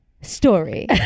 story